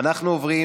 אנחנו עוברים